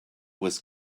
was